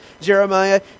Jeremiah